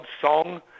song